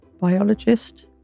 biologist